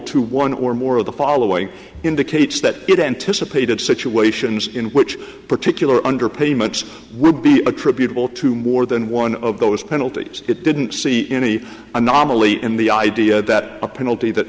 to one or more of the following indicates that it anticipated situations in which particular under payments would be attributable to more than one of those penalties it didn't see any anomaly in the idea that a penalty that